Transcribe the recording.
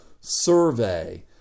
survey